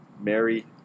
Mary